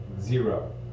Zero